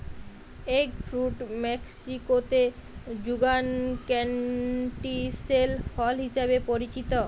egg fruit মেক্সিকোতে যুগান ক্যান্টিসেল ফল হিসেবে পরিচিত